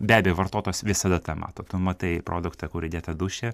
be abejo vartotojas visada tą mato tu matai produktą kur įdėta dūšia